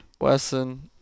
Wesson